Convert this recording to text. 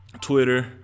Twitter